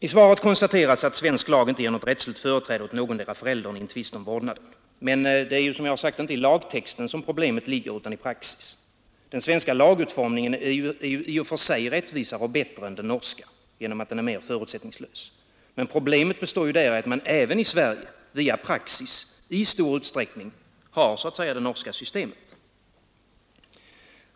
I svaret konstateras att svensk lag inte ger något rättsligt företräde åt någondera föräldern i en tvist om vårdnaden. Men det är, som jag har sagt, inte i lagtexten problemet ligger utan i praxis. Den svenska lagutformningen är i och för sig rättvisare och bättre än den norska genom att den är mer förutsättningslös. Men problemet är ju att man även i Sverige via praxis i stor utsträckning så att säga har det norska systemet.